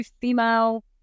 female